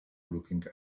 looking